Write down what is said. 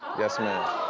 yes ma'am.